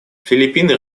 филиппины